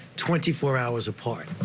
twenty four hours apart.